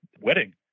wedding